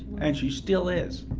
and she still is.